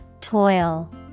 Toil